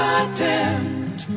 attempt